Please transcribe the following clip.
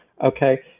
Okay